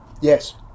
Yes